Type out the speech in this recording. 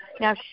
Now